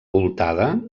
voltada